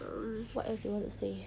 what else you want to say